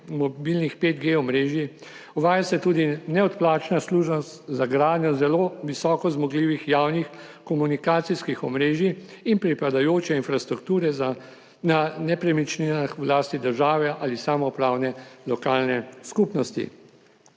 mobilnih 5G omrežij. Uvaja se tudi neodplačna služnost za gradnjo zelo visoko zmogljivih javnih komunikacijskih omrežij in pripadajoče infrastrukture na nepremičninah v lasti države ali samoupravne lokalne skupnosti.